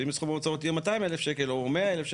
ואם הסכום יהיה 200,000 שקל או 100,000 שקל,